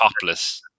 topless